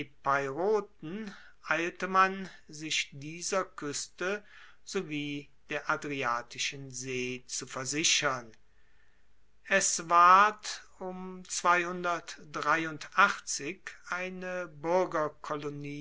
epeiroten eilte man sich dieser kueste sowie der adriatischen see zu versichern es ward um eine